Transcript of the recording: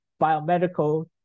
biomedical